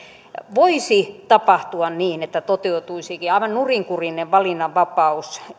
voisi tapahtua niin että toteutuisikin aivan nurinkurinen valinnanvapaus